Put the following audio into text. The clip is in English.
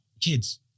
kids